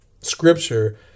scripture